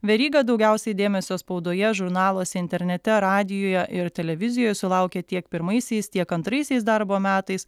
veryga daugiausiai dėmesio spaudoje žurnaluose internete radijuje ir televizijoj sulaukė tiek pirmaisiais tiek antraisiais darbo metais